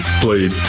played